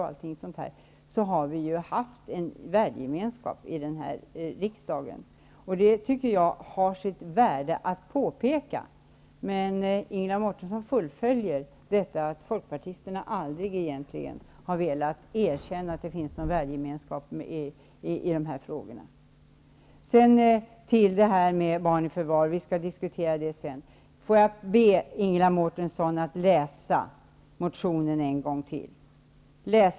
Jag tycker att det har sitt värde att påpeka det, men Ingela Mårtensson fullföljer folkpartiets linje och vill inte erkänna att det finns en värdegemenskap i de här frågorna. Sedan till frågan om barn i förvar; vi skall diskutera den sedan. Jag vill be Ingela Mårtensson att läsa motionen en gång till.